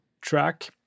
track